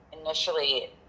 initially